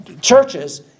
churches